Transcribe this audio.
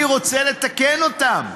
אני רוצה לתקן אותם,